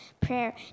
Prayer